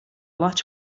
latch